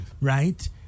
right